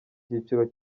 cyiciro